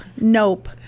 nope